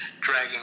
dragging